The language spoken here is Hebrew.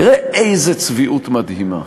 תראה איזו צביעות מדהימה,